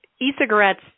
e-cigarettes